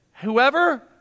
whoever